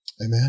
Amen